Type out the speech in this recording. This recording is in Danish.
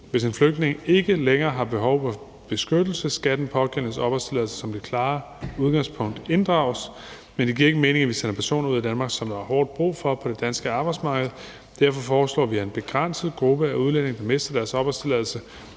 Hvis en flygtning ikke længere har behov for beskyttelse, skal den pågældendes opholdstilladelse som det klare udgangspunkt inddrages, men det giver ikke mening, at vi sender personer ud af Danmark, som der er hårdt brug for på det danske arbejdsmarked. Derfor foreslår vi, at en begrænset gruppe af udlændinge, der mister deres opholdstilladelse,